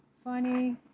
Funny